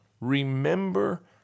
Remember